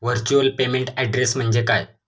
Virtual payment address म्हणजे काय?